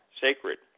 sacred